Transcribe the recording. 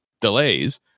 delays